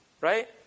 Right